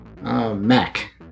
Mac